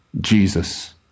Jesus